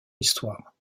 histoire